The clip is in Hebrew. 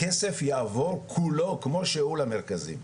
הכסף יעבור כולו, כמו שהוא, למרכזים.